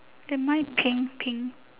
am I pink pink